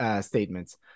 statements